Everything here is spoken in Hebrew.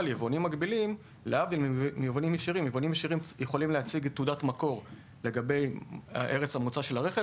אבל היבואנים הישירים יכולים להציג תעודת מקור לגבי ארץ המוצא של הרכב,